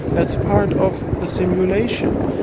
that's part of the simulation.